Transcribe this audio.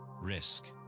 risk